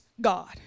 God